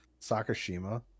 Sakashima